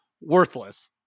worthless